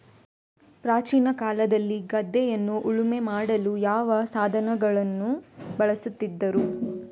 ಪ್ರಾಚೀನ ಕಾಲದಲ್ಲಿ ಗದ್ದೆಯನ್ನು ಉಳುಮೆ ಮಾಡಲು ಯಾವ ಸಾಧನಗಳನ್ನು ಬಳಸುತ್ತಿದ್ದರು?